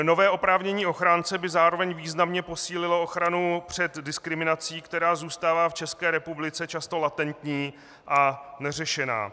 Nové oprávnění ochránce by zároveň významně posílilo ochranu před diskriminací, která zůstává v České republice často latentní a neřešená.